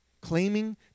claiming